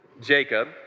Jacob